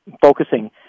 focusing